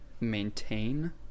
maintain